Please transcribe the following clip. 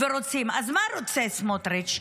אז מה רוצה סמוטריץ'?